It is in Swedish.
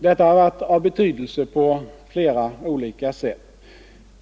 Detta har varit av betydelse på flera olika sätt.